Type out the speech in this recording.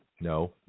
No